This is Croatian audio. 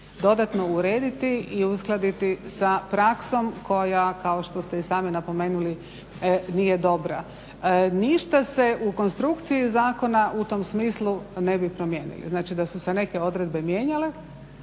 Dodatno urediti i uskladiti sa praksom koja kao što ste i sami napomenuli nije dobra. Ništa se u konstrukciji zakona ne bi promijenili. Znači da su se neke odredbe mijenjale